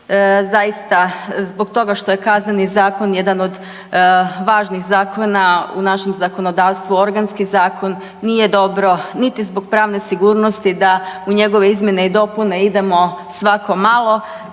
zaista zbog toga što je KZ jedan od važnih zakona u našem zakonodavstvu, organski zakon nije dobro niti zbog pravne sigurnosti da u njegove izmjene i dopune idemo svako malo.